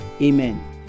Amen